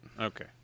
Okay